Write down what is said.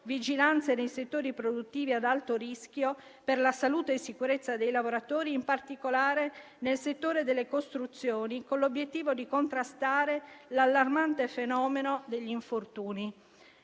vigilanza nei settori produttivi ad alto rischio per la salute e sicurezza dei lavoratori, in particolare nel settore delle costruzioni, con l'obiettivo di contrastare l'allarmante fenomeno degli infortuni.